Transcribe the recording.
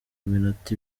minota